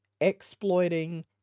exploiting